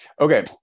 Okay